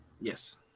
Yes